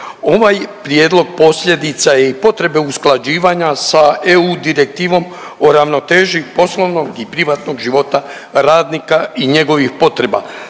Ovaj prijedlog posljedica je i potrebe usklađivanja sa EU direktivom o ravnoteži poslovnog i privatnog života radnika i njegovih potreba.